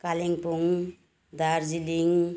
Kalimpong Darjeeling